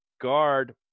guard